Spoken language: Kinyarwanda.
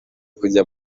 kujya